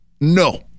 No